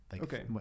Okay